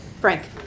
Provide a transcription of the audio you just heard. Frank